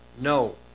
no